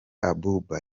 abouba